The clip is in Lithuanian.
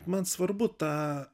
man svarbu tą